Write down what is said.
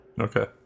okay